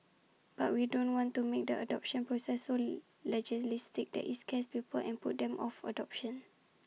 but we don't want to make the adoption process so legalistic that IT scares people and puts them off adoption